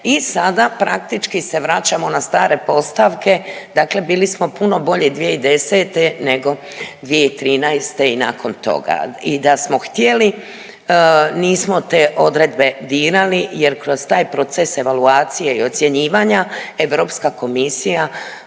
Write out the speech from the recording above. i sada praktički se vraćamo na stare postavke, dakle bili smo puno bolji 2010. nego 2013. i nakon toga. I da smo htjeli, nismo te odredbe dirali jer kroz taj proces evaluacije i ocjenjivanja, EK jednostavno ima